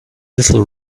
little